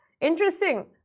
interesting